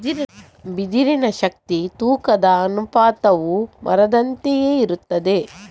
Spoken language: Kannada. ಬಿದಿರಿನ ಶಕ್ತಿ ತೂಕದ ಅನುಪಾತವು ಮರದಂತೆಯೇ ಇರುತ್ತದೆ